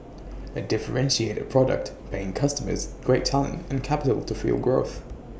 A differentiated product paying customers great talent and capital to fuel growth